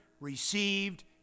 received